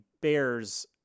Bears